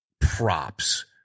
Props